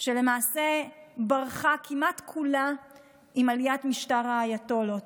שלמעשה ברחה כמעט כולה עם עליית משטר האייתולות.